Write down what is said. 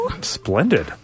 Splendid